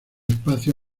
espacio